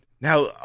Now